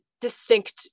distinct